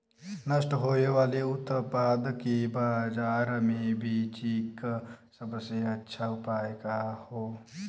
नष्ट होवे वाले उतपाद के बाजार में बेचे क सबसे अच्छा उपाय का हो?